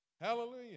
Hallelujah